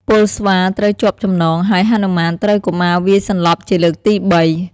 ពលស្វាត្រូវជាប់ចំណង ហើយហនុមានត្រូវកុមារវាយសន្លប់ជាលើកទីបី ។